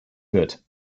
wird